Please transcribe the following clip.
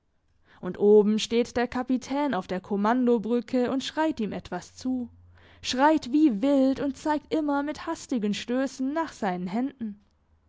und oben steht der kapitän auf der kommandobrücke und schreit ihm etwas zu schreit wie wild und zeigt immer mit hastigen stössen nach seinen händen